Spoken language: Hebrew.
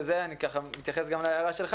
ובזה אני מתייחס גם להערה שלך,